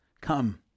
Come